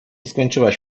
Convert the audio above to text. skończyłaś